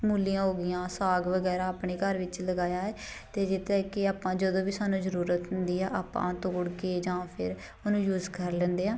ਮੂਲੀਆਂ ਹੋ ਗਈਆਂ ਸਾਗ ਵਗੈਰਾ ਆਪਣੇ ਘਰ ਵਿੱਚ ਲਗਾਇਆ ਹੈ ਅਤੇ ਜਿਸ ਤਰ੍ਹਾਂ ਕਿ ਆਪਾਂ ਜਦੋਂ ਵੀ ਸਾਨੂੰ ਜ਼ਰੂਰਤ ਹੁੰਦੀ ਆ ਆਪਾਂ ਤੋੜ ਕੇ ਜਾਂ ਫਿਰ ਉਹਨੂੰ ਯੂਜ ਕਰ ਲੈਂਦੇ ਹਾਂ